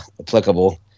applicable